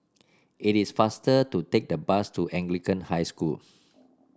it is faster to take the bus to Anglican High School